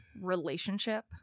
relationship